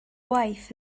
waith